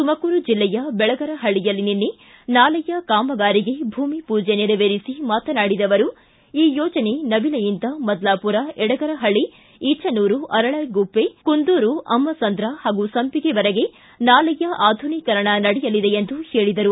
ತುಮಕೂರು ಜಿಲ್ಲೆಯ ಬೆಳಗರಪಳ್ಳಿಯಲ್ಲಿ ನಿನ್ನೆ ನಾಲೆಯ ಕಾಮಗಾರಿಗೆ ಭೂಮಿಪೂಜೆ ನೆರವೇರಿಸಿ ಮಾತನಾಡಿದ ಅವರು ಈ ಯೋಜನೆ ನವಿಲೆಯಿಂದ ಮುದ್ಲಾವುರ ಯಡಗರಹಳ್ಳಿ ಈಚನೂರು ಅರಳಗುವ್ಲೆ ಕುಂದೂರು ಅಮ್ಮಸಂದ್ರ ಹಾಗೂ ಸಂಪಿಗೆವರೆಗೆ ನಾಲೆಯ ಆಧುನೀಕರಣ ನಡೆಯಲಿದೆ ಎಂದು ಹೇಳಿದರು